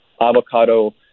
avocado